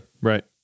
right